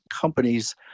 companies